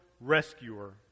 rescuer